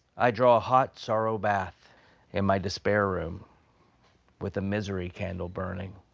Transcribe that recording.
i draw a hot sorrow bath in my despair room with a misery candle burning.